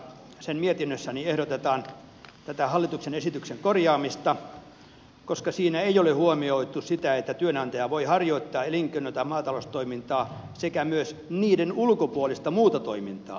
tuossa valtiovarainvaliokunnan mietinnössä ehdotetaan tämän hallituksen esityksen korjaamista koska siinä ei ole huomioitu sitä että työnantaja voi harjoittaa elinkeinoa tai maataloustoimintaa sekä myös niiden ulkopuolista muuta toimintaa